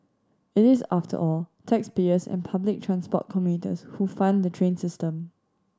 it is after all taxpayers and public transport commuters who fund the train system